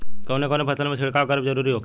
कवने कवने फसल में छिड़काव करब जरूरी होखेला?